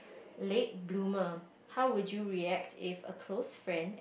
late bloomer how would you react if a close friend ex~